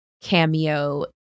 cameo